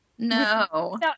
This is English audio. no